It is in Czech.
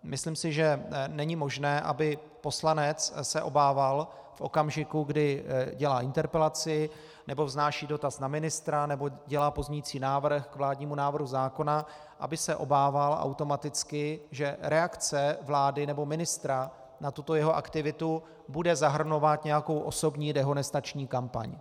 Myslím si, že není možné, aby poslanec se obával v okamžiku, kdy dělá interpelaci nebo vznáší dotaz na ministra nebo dělá pozměňovací návrh k vládnímu návrhu zákona, aby se obával automaticky, že reakce vlády nebo ministra na tuto jeho aktivitu bude zahrnovat nějakou osobní dehonestační kampaň.